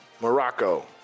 Morocco